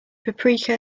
paprika